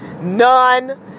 None